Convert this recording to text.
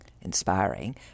inspiring